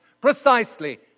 precisely